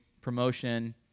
promotion